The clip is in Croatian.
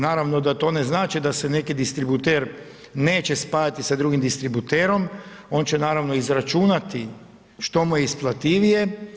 Naravno da to ne znači da se neki distributer neće spajati sa drugim distributerom, on će naravno izračunati što mu je isplativije.